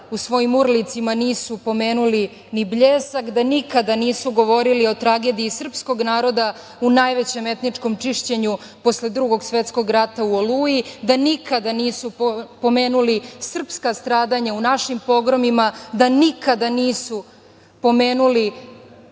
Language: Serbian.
u svojim urlicima nisu pomenuli ni „Bljesak“, da nikada nisu govorili o tragediji srpskog naroda u najvećem etničkom čišćenju posle Drugog svetskog rata u „Oluji“, da nikada nisu pomenuli srpska stradanja u našim pogromima, da nikada nisu pomenuli